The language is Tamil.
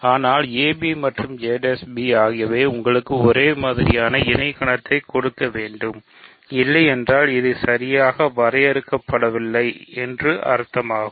ஆனால் ab மற்றும் a' b ஆகியவை உங்களுக்கு ஒரே மாதிரியான இணை கணத்தை கொடுக்க வேண்டும் இல்லையெனில் இது சரியாக வரையறுக்கப்படவில்லை என்பது அர்த்தமாகும்